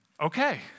Okay